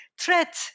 threat